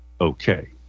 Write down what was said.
okay